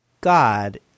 God